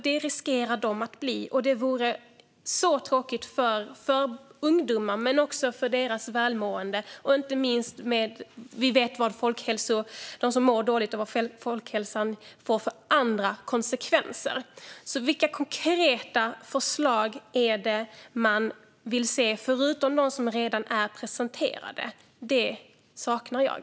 Det riskerar de nämligen att bli, och det vore tråkigt både för ungdomarna och för folkhälsan - inte minst då vi vet vad det får för andra konsekvenser att må dåligt. Vilka konkreta förslag är det man vill se förutom dem som redan är presenterade? De förslagen saknar jag.